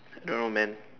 don't know man